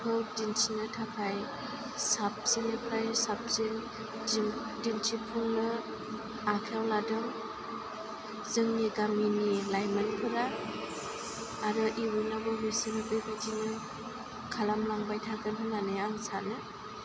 खौ दिन्थिनो थाखाय साबसिन निफ्राय साबसिन दिन्थिफुंनो आखायाव लादों जोंनि गामिनि लाइमोनफोरा आरो इयुनावबो बिसोरो बेबादि खालामलांबाय थागोन होननानै आं सानो